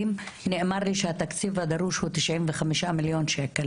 נאמר לי שהתקציב הדרוש הוא 95 מיליון ₪,